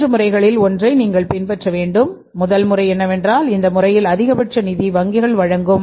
3 முறைகளில் ஒன்றை நீங்கள் பின்பற்ற வேண்டும் முதல் முறை என்னவென்றால் இந்த முறையில் அதிகபட்ச நிதி வங்கிகள் வழங்கும்